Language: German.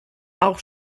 auch